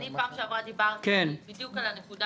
פעם שעברה דיברתי בדיוק על הנקודה